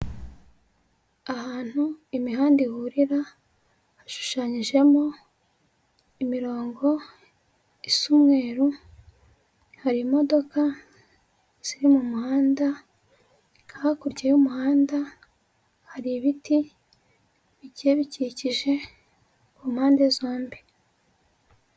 Ahantu imihanda ihurira hashushanyijemo imirongo isa umweruru, hari imodoka ziri mu muhanda, hakurya y'umuhanda hari ibiti bigiye bikikije ku mpande zombi.